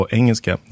engelska